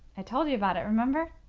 i told you about it, remember?